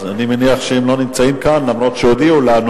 אני מניח שהם לא נמצאים כאן, למרות שהודיעו לנו